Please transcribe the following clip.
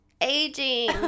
aging